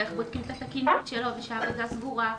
ואיך בודקים את התקינות שלו ושהאריזה סגורה.